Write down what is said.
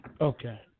Okay